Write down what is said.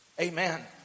amen